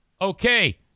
Okay